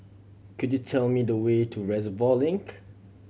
could you tell me the way to Reservoir Link